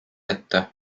jätta